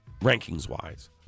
rankings-wise